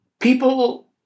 People